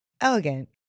elegant